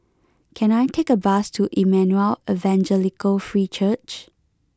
can I take a bus to Emmanuel Evangelical Free Church